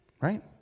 right